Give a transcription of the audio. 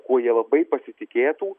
kuo jie labai pasitikėtų